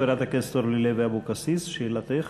חברת הכנסת אורלי לוי אבקסיס, שאלתך.